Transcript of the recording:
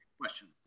question